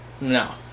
No